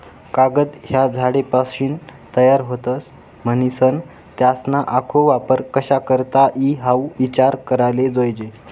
कागद ह्या झाडेसपाशीन तयार व्हतस, म्हनीसन त्यासना आखो वापर कशा करता ई हाऊ ईचार कराले जोयजे